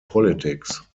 politics